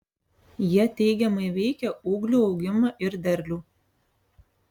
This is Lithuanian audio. jie teigiamai veikia ūglių augimą ir derlių